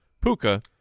Puka